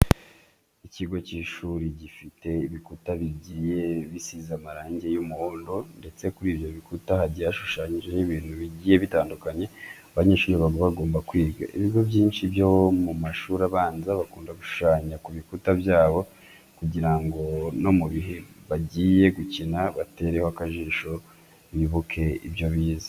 Ikigo cy'ishuri gifite ibikuta bigiye bisize amarangi y'umuhondo ndetse kuri ibyo bikuta hagiye hashushanyijeho ibintu bigiye bitandukanye abanyeshuri baba bagomba kwiga. Ibigo byinshi byo mu mashuri abanza bakunda gushushanya ku bikuta byabyo kugira no mu gihe bagiye gukina batereho akajisho bibike ibyo bize.